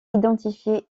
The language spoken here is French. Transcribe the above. identifié